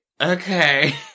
okay